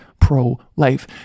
pro-life